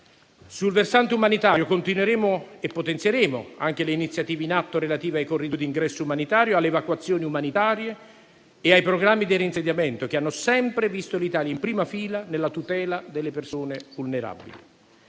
Sul versante umanitario, continueremo e potenzieremo anche le iniziative in atto relative ai corridoi d'ingresso umanitario, alle evacuazioni umanitarie e ai programmi di reinsediamento, che hanno sempre visto l'Italia in prima fila nella tutela delle persone vulnerabili.